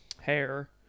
hair